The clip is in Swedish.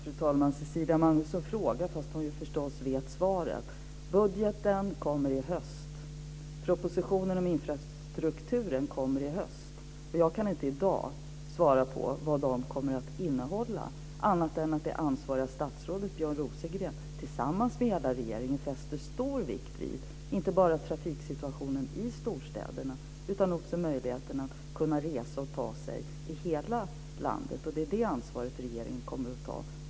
Fru talman! Cecilia Magnusson frågar fast hon förstås vet svaret. Budgeten kommer i höst. Propositionen om infrastrukturen kommer i höst. Jag kan inte i dag svara på vad de kommer att innehålla utan bara säga att det ansvariga statsrådet Björn Rosengren tillsammans med hela regeringen fäster stor vikt inte bara vid trafiksituationen i storstäderna utan också vid möjligheten att resa och ta sig fram i hela landet. Det är det ansvaret regeringen kommer att ta.